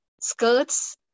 skirts